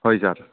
হয় ছাৰ